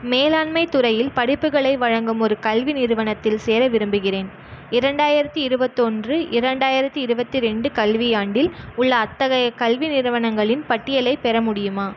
மேலாண்மைத் துறையில் படிப்புகளை வழங்கும் ஒரு கல்வி நிறுவனத்தில் சேர விரும்புகிறேன் இரண்டாயிரத்தி இருபத்தொன்று இரண்டாயிரத்தி இருபத்தி ரெண்டு கல்வியாண்டில் உள்ள அத்தகைய கல்வி நிறுவனங்களின் பட்டியலைப் பெற முடியுமா